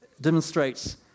demonstrates